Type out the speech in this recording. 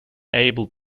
able